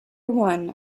one